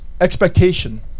expectation